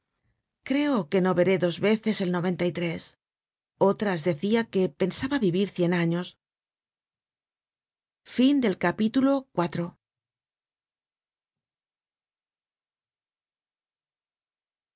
creo que no veré dos veces el noventa y tres otras decia que pensaba vivir cien años